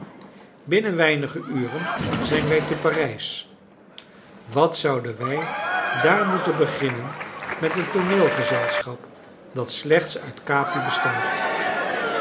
binnen weinige uren zijn wij te parijs wat zouden wij daar moeten beginnen met een tooneelgezelschap dat slechts uit capi bestaat